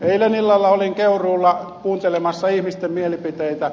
eilen illalla olin keuruulla kuuntelemassa ihmisten mielipiteitä